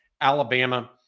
Alabama